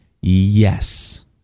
yes